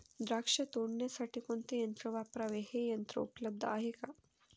द्राक्ष तोडण्यासाठी कोणते यंत्र वापरावे? हे यंत्र उपलब्ध आहे का?